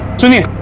to get